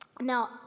Now